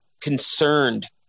concerned